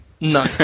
No